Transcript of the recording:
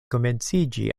komenciĝi